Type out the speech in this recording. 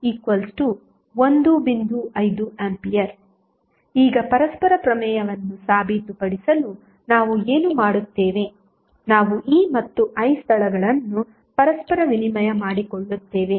5A ಈಗ ಪರಸ್ಪರ ಪ್ರಮೇಯವನ್ನು ಸಾಬೀತುಪಡಿಸಲು ನಾವು ಏನು ಮಾಡುತ್ತೇವೆ ನಾವು E ಮತ್ತು I ಸ್ಥಳಗಳನ್ನು ಪರಸ್ಪರ ವಿನಿಮಯ ಮಾಡಿಕೊಳ್ಳುತ್ತೇವೆ